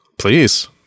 Please